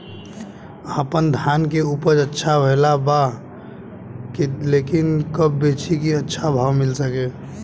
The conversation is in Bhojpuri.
आपनधान के उपज अच्छा भेल बा लेकिन कब बेची कि अच्छा भाव मिल सके?